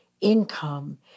income